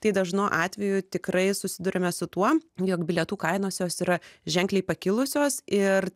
tai dažnu atveju tikrai susiduriame su tuo jog bilietų kainos jos yra ženkliai pakilusios ir